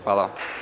Hvala.